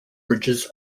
bridges